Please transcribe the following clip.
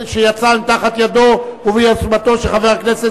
שיצאה תחת ידו וביוזמתו של חבר הכנסת